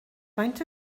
faint